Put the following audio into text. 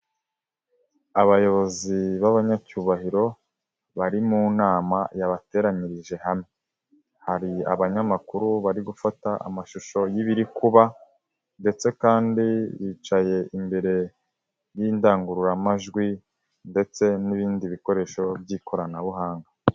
Abayobozi b'abanyacyubahiro bari mu nama yabateranyirije hamwe. Hari abanyamakuru bari gufata amashusho y'ibiri kubaba ndetse kandi bicaye imbere y'indangururamajwi ndetse n'ibindi bikoresho by'ikoranabuhanga.